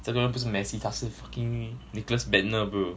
这个人不实 messi 他是 fucking nicklas bendtner bro